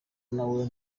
nawe